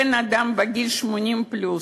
בן-אדם בגיל 80 פלוס,